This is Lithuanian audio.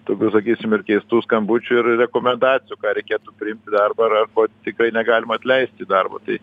tokių sakysim ir keistų skambučių ir rekomendacijų ką reikėtų priimt į darbą ar arba tikrai negalima atleist į darbo tai